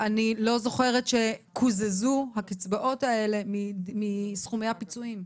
אני לא זוכרת שקוזזו הקצבאות האלה מסכומי הפיצויים.